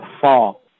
fall